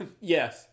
Yes